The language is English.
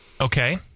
Okay